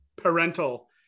parental